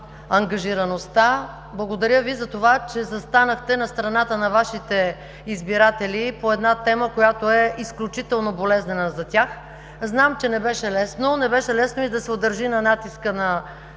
благодаря Ви за това, че застанахте на страната на Вашите избиратели по една тема, която е изключително болезнена за тях. Знам, че не беше лесно, не беше лесно и да се удържи на натиска на